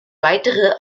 weitere